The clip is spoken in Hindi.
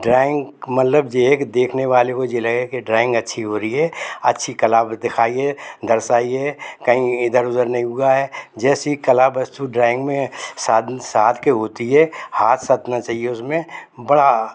डराइंग मतलब जे है कि देखने वाले को जे लगे कि डराइंग अच्छी हो रही है अच्छी कला दिखाइए दर्शाइए कहीं ऐ इधर उधर नहीं हुआ है जैसी कला वस्तु डराइंग में है साध के होती है हाथ सधना चाहिए उसमें बड़ा